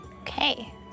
Okay